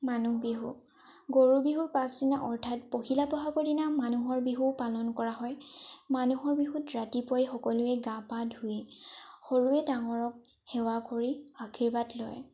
মানুহ বিহু গৰু বিহুৰ পাছদিনা অৰ্থাৎ পহিলা বহাগৰ দিনা মানুহৰ বিহু পালন কৰা হয় মানুহৰ বিহুত ৰাতিপুৱাই সকলোৱে গা পা ধুই সৰুৱে ডাঙৰক সেৱা কৰি আশীৰ্বাদ লয়